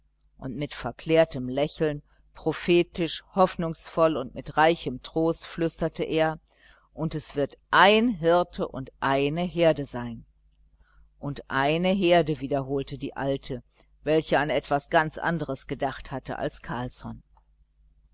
und mit verklärtem lächeln prophetisch hoffnungsvoll und mit reichem trost flüsterte er und es wird ein hirte und eine herde sein und eine herde wiederholte die alte welche an etwas ganz andres gedacht hatte als